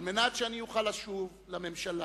על מנת שאני אוכל לשוב לממשלה,